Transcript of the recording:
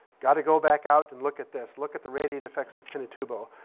got to go back out and look at this, look at the radiative effects of pinatubo.